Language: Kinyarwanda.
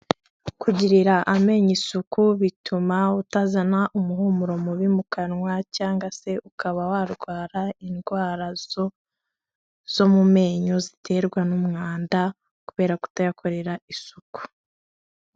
Kugirira amenyo isuku bituma utazana umuhumuro mubi mu kanwa cyangwa se ukaba warwara indwara zo mu menyo ziterwa n'umwanda kubera kutayakorera isuku.